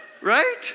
right